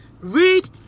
Read